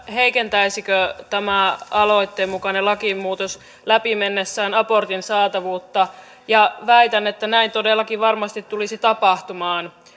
heikentäisikö tämä aloitteen mukainen lakimuutos läpi mennessään abortin saatavuutta ja väitän että näin todellakin varmasti tulisi tapahtumaan